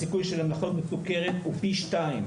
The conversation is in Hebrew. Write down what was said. הסיכוי שלהם לחלות בסוכרת הוא פי שניים.